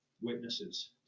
witnesses